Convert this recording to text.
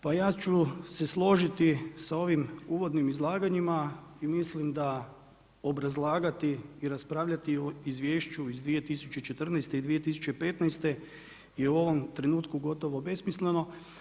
Pa ja ću se složiti sa ovim uvodnim izlaganjima i mislim da obrazlagati i raspravljati u izvješću iz 2014. i 2015. je u ovom trenutku gotovo besmisleno.